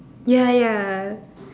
ya ya